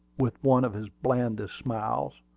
with one of his blandest smiles.